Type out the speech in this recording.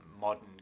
modern